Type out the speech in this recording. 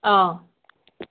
ꯑꯥ